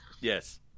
Yes